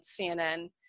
CNN